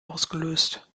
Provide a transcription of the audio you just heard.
ausgelöst